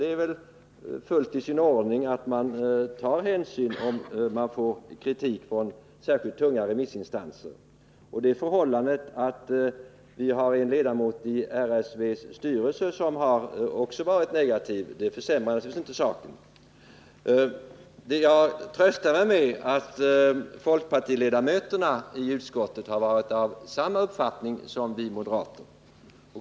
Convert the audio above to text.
Det är väl helt i sin ordning att man tar hänsyn till den kritik som framförs från särskilt tunga remissinstanser. Det förhållandet att en av utskottets moderata ledamöter också är ledamot av RSV:s styrelse, som också varit negativ, ändrar ju inte saken. Jag tröstar mig emellertid med att folkpartiledamöterna i utskottet har varit av samma uppfattning som vi moderater.